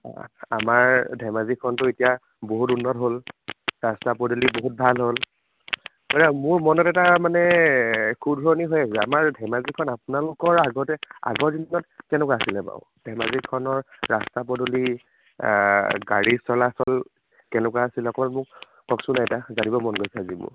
অঁ আমাৰ ধেমাজিখনতো এতিয়া বহুত উন্নত হ'ল ৰাস্তা পদূলি বহুত ভাল হ'ল এতিয়া মোৰ মনত এটা মানে খু দুৱনি হৈ আছে আমাৰ ধেমাজিখন আপোনালোকৰ আগতে আগৰ দিনত কেনেকুৱা আছিল বাৰু ধেমাজিখনৰ ৰাস্তা পদূলি গাড়ী চলাচল কেনেকুৱা আছিল অকণমান মোক কওকচোন আইতা জানিব মন গৈছে আজি মোৰ